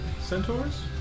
centaurs